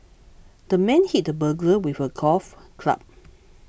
the man hit the burglar with a golf club